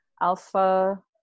Alpha